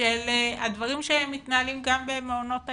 של הדברים שמתנהלים גם במעונות היום,